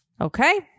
okay